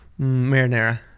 Marinara